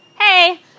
hey